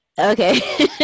okay